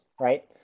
right